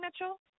Mitchell